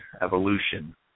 Evolution